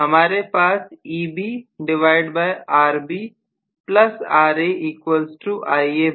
हमारे पास होगा